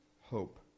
Hope